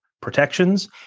protections